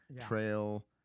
trail